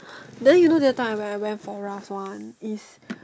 then you know the other time when I went for Ralph one is